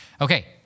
Okay